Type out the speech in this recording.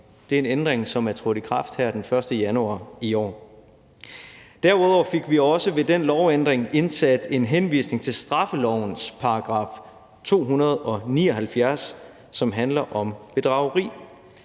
det er en ændring, som er trådt i kraft her den 1. januar i år. Derudover fik vi ved den lovændring også indsat en henvisning til straffelovens § 279, som handler om bedrageri.